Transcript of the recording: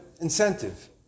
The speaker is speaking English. Incentive